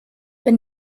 wenn